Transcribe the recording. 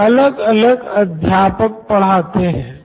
जवाब है क्योंकि अलग अलग अध्यापक ऐसा छात्रों से चाहते हैं